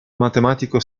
matematico